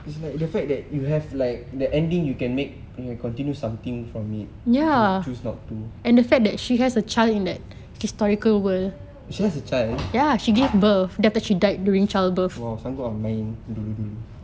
it's like the fact that you have like the ending you can make your continue something from it but choose not to she has a child !wow! sanggup eh main dulu dulu